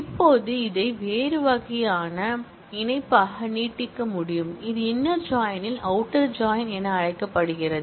இப்போது இதை வேறு வகையான இணைப்பாக நீட்டிக்க முடியும் இது இன்னர் ஜாயின் இல் அவுட்டர் ஜாயின் என அழைக்கப்படுகிறது